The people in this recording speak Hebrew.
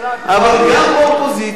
אבל גם באופוזיציה,